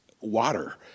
water